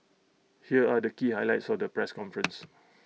here are the key highlights of the press conference